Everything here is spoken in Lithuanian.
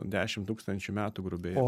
dešimt tūkstančių metų grubiai